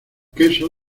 queso